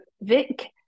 Vic